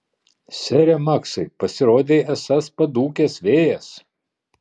sere maksai pasirodei esąs padūkęs vėjas